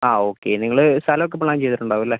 ആ ഓക്കെ നിങ്ങൾ സ്ഥലം ഒക്കെ പ്ലാൻ ചെയ്തിട്ട് ഉണ്ടാവും അല്ലെ